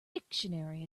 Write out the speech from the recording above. dictionary